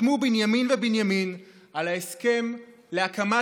חתמו בנימין ובנימין על ההסכם להקמת